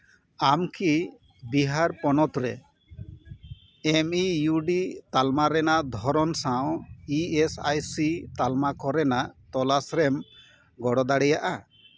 ᱟᱢ ᱠᱤ ᱵᱤᱦᱟᱨ ᱯᱚᱱᱚᱛ ᱨᱮ ᱮᱢ ᱤ ᱤᱭᱩ ᱰᱤ ᱛᱟᱞᱢᱟ ᱨᱮᱱᱟᱜ ᱫᱷᱚᱨᱚᱱ ᱥᱟᱶ ᱤ ᱮᱥ ᱟᱭ ᱥᱤ ᱛᱟᱞᱢᱟ ᱠᱚᱨᱮᱱᱟᱜ ᱛᱚᱞᱟᱥ ᱨᱮᱢ ᱜᱚᱲᱚ ᱫᱟᱲᱮᱭᱟᱜᱼᱟ